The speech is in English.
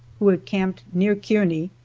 who had camped near kearney,